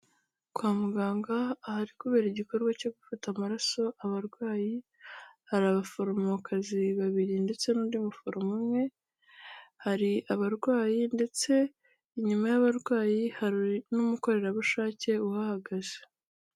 Kwa muganga ahari kubera igikorwa cyo gufata amaraso abarwayi, hari abaforomokazi babiri ndetse n'undi muforomo umwe, hari abarwayi ndetse inyuma y'abarwayi hari n'umukorerabushake uhahagaze.